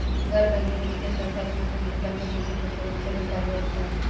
गैर बैंकिंग वित्तीय संस्था के माध्यम से जमा जोखिम पर सुरक्षा के का व्यवस्था ह?